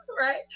right